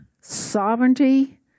sovereignty